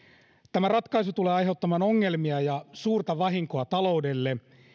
tämä ratkaisu tulee aiheuttamaan ongelmia ja suurta vahinkoa taloudelle